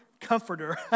comforter